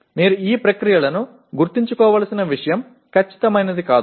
మీరు ఈ ప్రక్రియలను గుర్తుంచుకోవలసిన విషయం ఖచ్చితమైనది కాదు